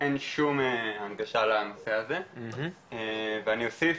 אין שום הנגשה לנושא הזה ואני אוסיף